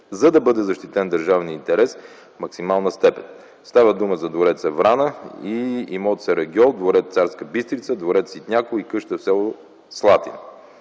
за да бъде защитен държавният интерес в максимална степен. Става дума за двореца „Врана” и имот „Сарагьол”, дворец „Царска Бистрица”, дворец „Ситняково” и къща в с. Слатина.